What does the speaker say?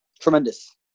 tremendous